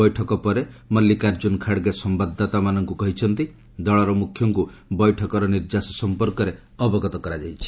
ବୈଠକ ପରେ ମଲ୍ଲିକାର୍କ୍ୟୁନ ଖାଡ୍ଗେ ସମ୍ଭାଦଦାତାମାନଙ୍କୁ କହିଛନ୍ତି ଦଳର ମୁଖ୍ୟଙ୍କୁ ବୈଠକର ନିର୍ଯ୍ୟାସ ସଂପର୍କରେ ଅବଗତ କରାଯାଇଛି